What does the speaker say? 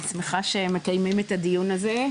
אני שמחה שמקיימים את הדיון הזה,